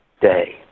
day